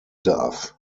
darf